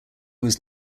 was